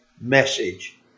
message